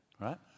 right